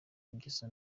ingeso